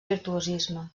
virtuosisme